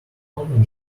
often